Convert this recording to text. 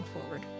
forward